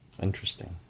Interesting